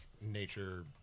nature